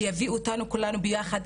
שיביא אותנו כולנו ביחד,